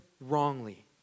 wrongly